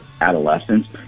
adolescents